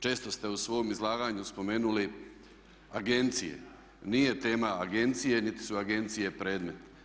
Često ste u svom izlaganju spomenuli agencije, nije tema agencije, niti su agencije predmet.